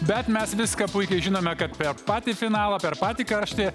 bet mes viską puikiai žinome kad per patį finalą per patį karštį